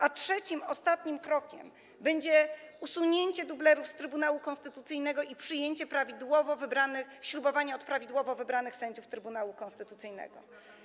A trzecim, ostatnim krokiem będzie usunięcie dublerów z Trybunału Konstytucyjnego i przyjęcie ślubowania od prawidłowo wybranych sędziów Trybunału Konstytucyjnego.